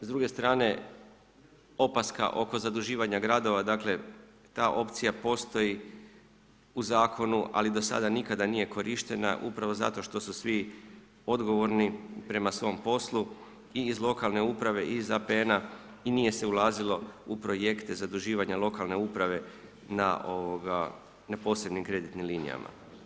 S druge strane, opaska oko zaduživanja gradova, dakle ta opcija postoji u Zakonu, ali do sada nikada nije korištena upravo zato što su svi odgovorni prema svom poslu i iz lokalne uprave i iz APN-a i nije se ulazilo u projekte zaduživanja lokalne uprave na posebnim kreditnim linijama.